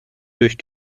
durch